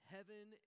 heaven